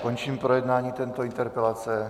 Končím projednání této interpelace.